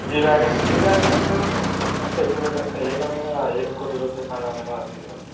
जि wagon G wagon तु अस्ति किन्तु तस्य एकमेव एककोटिः रूप्यकाणामेव अस्ति इति मन्ये